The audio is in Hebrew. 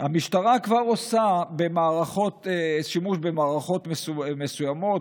המשטרה כבר עושה שימוש במערכות מסוימות,